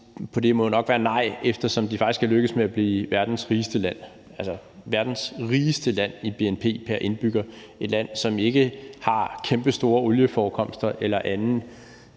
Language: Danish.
på det må jo nok være nej, eftersom de faktisk er lykkedes med at blive verdens rigeste land. Altså, verdens rigeste land målt i bnp pr. indbygger – et land, som ikke har kæmpestore olieforekomster eller anden